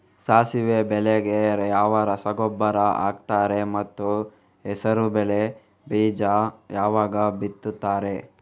ಸಾಸಿವೆ ಬೆಳೆಗೆ ಯಾವ ರಸಗೊಬ್ಬರ ಹಾಕ್ತಾರೆ ಮತ್ತು ಹೆಸರುಬೇಳೆ ಬೀಜ ಯಾವಾಗ ಬಿತ್ತುತ್ತಾರೆ?